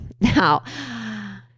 Now